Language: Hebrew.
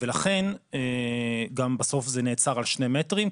ולכן גם בסוף זה נעצר על שני מטרים,